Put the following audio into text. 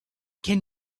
can